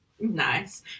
Nice